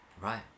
Right